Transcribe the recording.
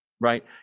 right